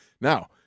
Now